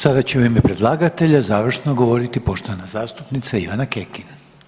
Sada će u ime predlagatelja završno govoriti poštovana zastupnica Ivana Kekin.